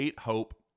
Hope